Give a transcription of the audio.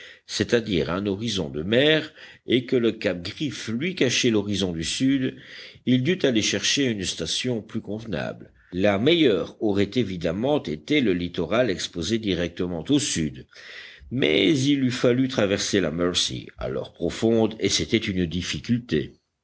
c'est-à-dire un horizon de mer et que le cap griffe lui cachait l'horizon du sud il dut aller chercher une station plus convenable la meilleure aurait évidemment été le littoral exposé directement au sud mais il eût fallu traverser la mercy alors profonde et c'était une difficulté